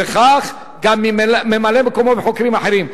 וכך גם ממלא מקומו וחוקרים אחרים,